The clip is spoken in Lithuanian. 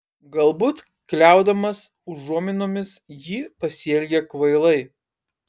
galbūt kliaudamas užuominomis ji pasielgė kvailai